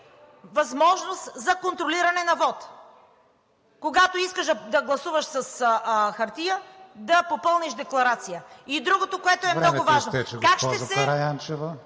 възможност за контролиране на вота – когато искаш да гласуваш с хартия, да попълниш декларация. И другото, което е много важно.